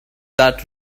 that